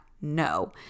no